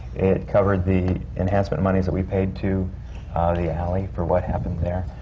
it covered the enhancement monies that we paid to ah the alley for what happened there.